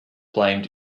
blamed